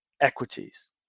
equities